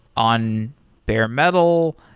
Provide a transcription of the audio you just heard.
on bare metal.